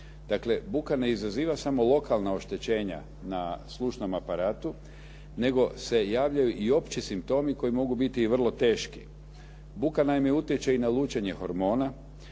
buka ne izaziva samo lokalna oštećenja na slušnom aparatu, nego se javljaju i opći simptomi koji mogu biti i vrlo teški. Buka naime utječe i na lučenje hormona,